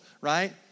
right